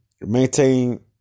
maintain